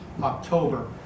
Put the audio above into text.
October